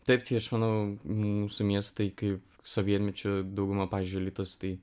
taip tai aš manau mūsų miestai kaip sovietmečiu dauguma pavyzdžiui alytus tai